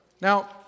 Now